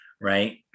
Right